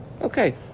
Okay